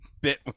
bit